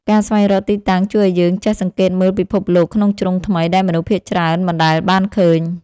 ការស្វែងរកទីតាំងជួយឱ្យយើងចេះសង្កេតមើលពិភពលោកក្នុងជ្រុងថ្មី ដែលមនុស្សភាគច្រើនមិនដែលបានឃើញ។